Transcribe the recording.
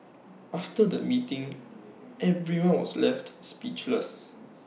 after the meeting everyone was left speechless